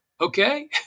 Okay